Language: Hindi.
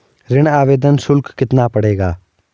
ऋण आवेदन शुल्क कितना पड़ेगा?